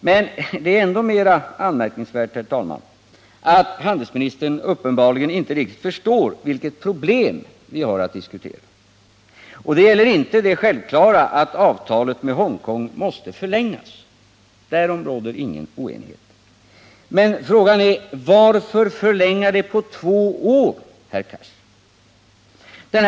Men det är, herr talman, ännu mer anmärkningsvärt att handelsministern uppenbarligen inte riktigt förstår vilket problem vi har att diskutera. Det gäller inte det självklara att avtalet med Hongkong måste förlängas — därom råder ingen oenighet — utan frågan är: Varför förlänga avtalet på två år, herr Cars?